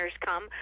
come